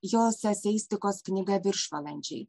josios eseistikos knyga viršvalandžiai